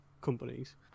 companies